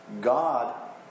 God